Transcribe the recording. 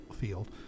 field